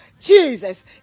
Jesus